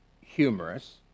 humorous